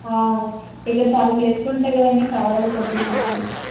ఇక్కడ చాలా ప్లేసులు ఉంటాయి కదండీ కవర్ అయిపొద్ది మనకి